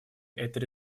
этой